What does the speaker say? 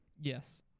Yes